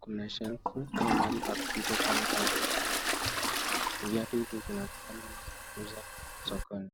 Kuna shelve ama mahali pa kupita kwenda pahali pengine. Viatu hizi zinaonekana kuwa ni za kuuza sokoni.